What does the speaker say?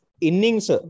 innings